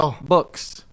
books